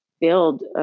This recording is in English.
build